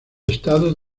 estados